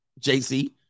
JC